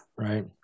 Right